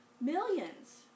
millions